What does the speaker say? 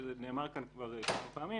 וזה נאמר כאן כמה פעמים,